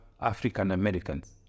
African-Americans